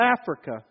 Africa